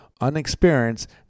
unexperienced